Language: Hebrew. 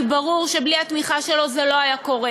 כי ברור שבלי התמיכה שלו זה לא היה קורה,